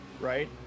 right